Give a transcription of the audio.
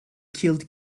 killed